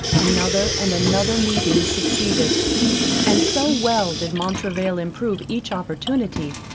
another and another meeting succeeded and so well did montraville improve each opportunity,